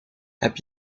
heb